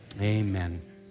Amen